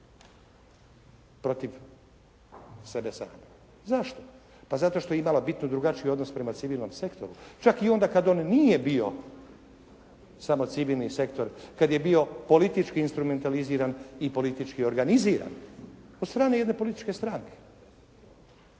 protiv sebe same. Zašto? Pa zato što je imala bitno drugačiji odnos prema civilnom sektoru. Čak i onda kada on nije bio samo civilni sektor, kada je bio politički instrumentariziran i politički organiziran od strane jedne političke stranke.